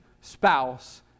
spouse